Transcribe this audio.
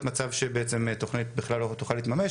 מצב שבעצם תוכנית בכלל לא תוכל להתממש,